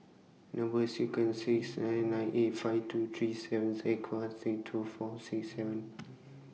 Number sequence IS eight nine eight five two three seven Z Z two four six seven